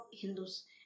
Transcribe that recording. Hindus